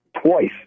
twice